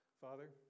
Father